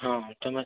ହଁ ତମେ